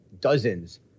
dozens